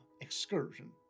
excursion